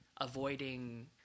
avoiding